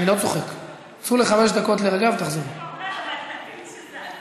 זה פשוט לא ייאמן מה שקורה שם.